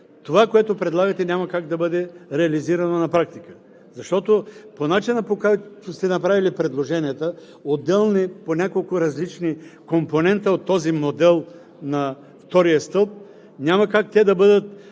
това, което предлагате, няма как да бъде реализирано на практика, защото по начина, по който сте направили предложенията – няколко различни компонента от този модел на втория стълб, няма как те да бъдат действащи,